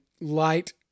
light